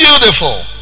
beautiful